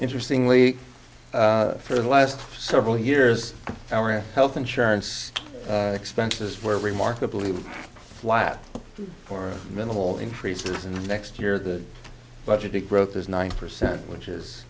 interestingly for the last several years our health insurance expenses were remarkably flat for minimal increases and next year the budget to growth is nine percent which is